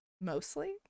mostly